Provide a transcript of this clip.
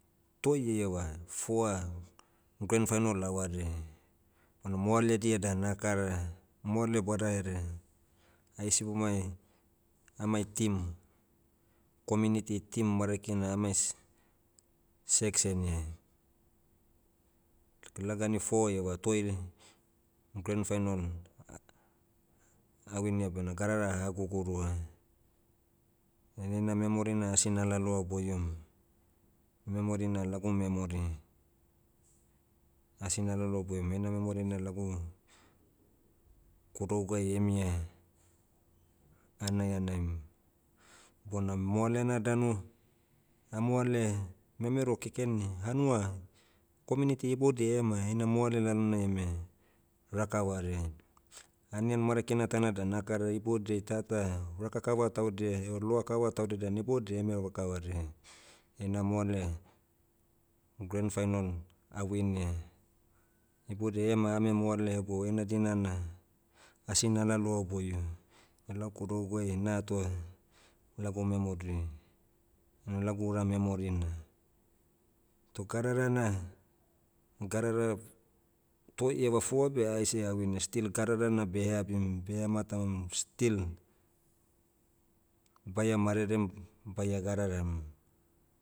Toi eiava foa, grand final avareai. Bona moaledia dan akara, moale badaherea, ai sibomai, amai team, community team marakina amai s- section iai. Lagani four ieva toi, grand final, ah winia bena gadara aha gugurua. Dain eina memory na asi nalaloa boiom. Memory na lagu memory. Asi nalaloa boiom heina memory na lagu, kudouguai emia, hanaihanaim. Bona moalena danu, amoale, memero kekeni, hanua, communitiy ibodia ema heina moale lalonai eme, raka vareai. Anian marakina taina dan akara iboudiai tata, raka kava taudia, eo loa kava taudia dan ibodiai eme raka vareai, heina moale, grand final, awinia. Ibodia ema ame moale hebou eina dina na, asi nalaloa boio. Na lau kudouguai natoa, lagu memory. Unu lagu ura memory na. Toh gadara na, gadara, toi ieva foa beh aise ah winia still gadara na behe abim behe matam still, baia marerem, baia gadaram